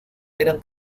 eran